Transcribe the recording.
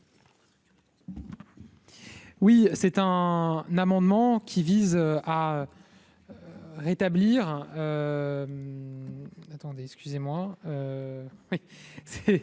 Oui, c'est un amendement qui vise à rétablir attendez, excusez-moi,